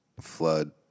flood